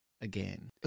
again